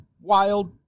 wild